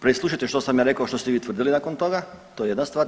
Preslušajte što sam ja rekao što ste vi tvrdili nakon toga, to je jedna stvar.